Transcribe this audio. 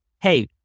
hey